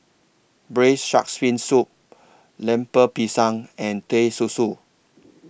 Braised Sharks Fin Soup Lemper Pisang and Teh Susu